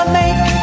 make